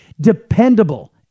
Dependable